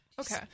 Okay